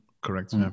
Correct